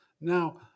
Now